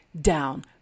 down